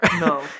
No